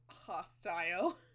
hostile